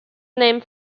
named